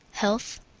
health.